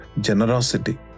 generosity